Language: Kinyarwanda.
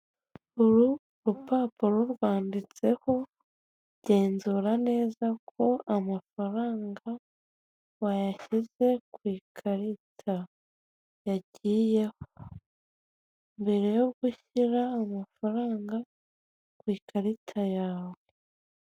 Uru rupapuro rwanditseho genzura neza ko amafaranga wayashyize ku ikarita yagiyeho mbere yo gushyira amafaranga ku ikarita yawe.